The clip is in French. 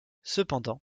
cependant